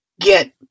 get